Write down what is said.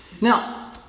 Now